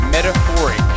Metaphoric